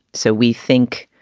so we think.